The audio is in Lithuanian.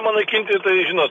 na naikinti tai žinot